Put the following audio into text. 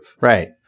Right